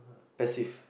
passive